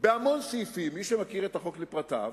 בהמון סעיפים, מי שמכיר את החוק לפרטיו,